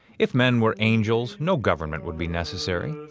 if men were angels, no government would be necessary.